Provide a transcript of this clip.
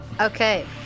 Okay